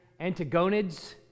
Antagonids